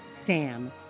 Sam